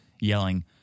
yelling